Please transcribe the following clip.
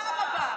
בפעם הבאה.